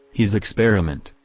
his experiment.